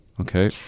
Okay